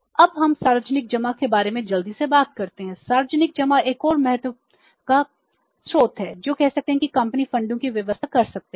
अब हम सार्वजनिक जमा के बारे में जल्दी से बात करते हैं सार्वजनिक जमा एक और महत्व का स्रोत है जो कह सकते हैं कि कंपनी फंडों की व्यवस्था कर सकती है